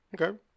Okay